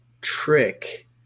trick